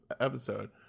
episode